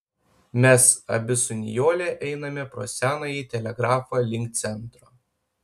mes abi su nijole einame pro senąjį telegrafą link centro